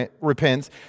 repents